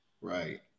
right